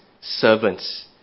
servants